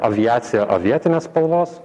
aviacija avietinės spalvos